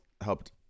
helped